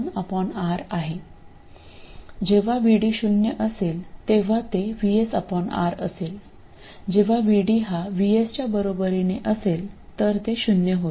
जेव्हा VD शून्य असेल तेव्हा ते VS R असेल जेव्हा VD हा VS च्या बरोबरीने असेल तर ते शून्य होईल